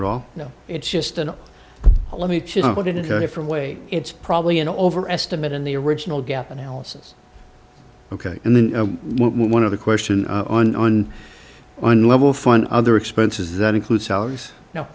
at all you know it's just an let me put it into a different way it's probably an overestimate in the original gap analysis ok and then one of the question on on one level of fun other expenses that include salaries no